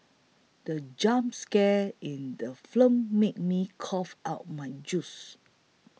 the jump scare in the film made me cough out my juice